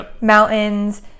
mountains